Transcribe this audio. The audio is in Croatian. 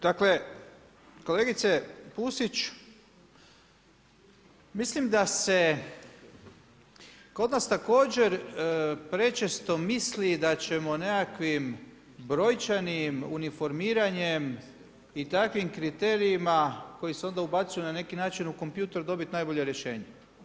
Dakle, kolegice Pusić, mislim da se kod vas također prečesto misli da ćemo nekakvim brojčanim uniformiranjem i takvim kriterijima koji se onda ubacuju na neki način u kompjuter dobiti najbolji rješenja.